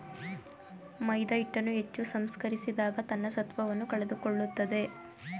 ಮೈದಾಹಿಟ್ಟನ್ನು ಹೆಚ್ಚು ಸಂಸ್ಕರಿಸಿದಾಗ ತನ್ನ ಸತ್ವವನ್ನು ಕಳೆದುಕೊಳ್ಳುತ್ತದೆ